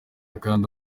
kandi